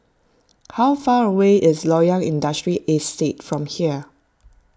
how far away is Loyang Industrial Estate from here